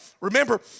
Remember